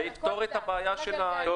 בבקשה.